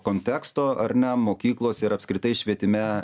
konteksto ar ne mokyklose ir apskritai švietime